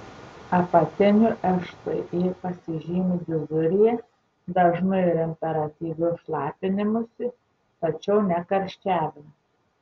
apatinių šti pasižymi dizurija dažnu ir imperatyviu šlapinimusi tačiau ne karščiavimu